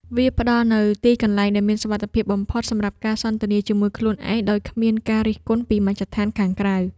វាផ្ដល់នូវទីកន្លែងដែលមានសុវត្ថិភាពបំផុតសម្រាប់ការសន្ទនាជាមួយខ្លួនឯងដោយគ្មានការរិះគន់ពីមជ្ឈដ្ឋានខាងក្រៅ។